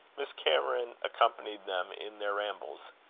miss cameron accompanied them in their rambles.